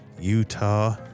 Utah